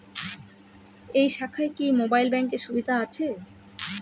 এই শাখায় কি মোবাইল ব্যাঙ্কের সুবিধা আছে?